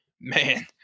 man